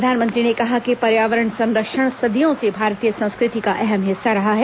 प्रधानमंत्री ने कहा कि पर्यावरण संरक्षण सदियों से भारतीय संस्कृति का अहम हिस्सा रहा है